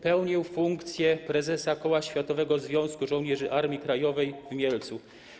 Pełnił funkcję prezesa Koła Światowego Związku Żołnierzy Armii Krajowej w Mielcu.